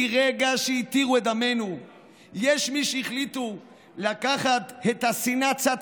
מרגע שהתירו את דמנו יש מי שהחליטו לקחת את השנאה צעד